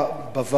הוועדה,